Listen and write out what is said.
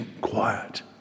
quiet